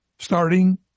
starting